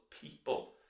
people